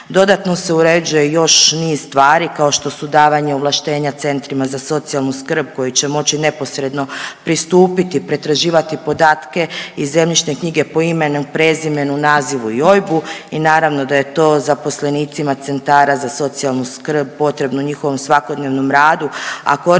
Dodatno se uređuje još niz stvari kao što su davanje ovlaštenja centrima za socijalnu skrb koji će moći neposredno pristupiti i pretraživati podatke i zemljišne knjige po imenu i prezimenu, nazivu i OIB-u i naravno da je to zaposlenicima centara za socijalnu skrb potrebno u njihovom svakodnevnom radu, a korisnici